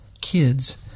kids